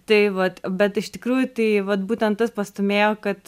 tai vat bet iš tikrųjų tai vat būtent tas pastūmėjo kad